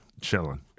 chilling